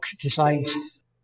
decides